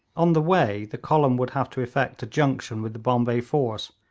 on the way the column would have to effect a junction with the bombay force,